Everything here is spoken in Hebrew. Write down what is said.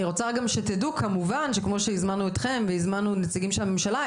אני רוצה גם שתדעו שכמובן כמו שהזמנו אתכם והזמנו נציגים של הממשלה,